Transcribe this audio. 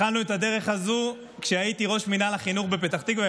התחלנו את הדרך הזו כשהייתי ראש מינהל החינוך בפתח תקווה.